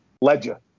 Ledger